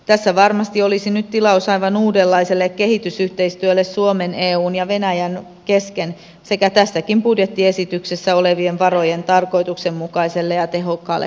tässä varmasti olisi nyt tilaus aivan uudenlaiselle kehitysyhteistyölle suomen eun ja venäjän kesken sekä tässäkin budjettiesityksessä olevien varojen tarkoituksenmukaiselle ja tehokkaalle